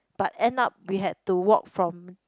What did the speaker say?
but end up we had to walk from